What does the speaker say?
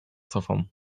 sofą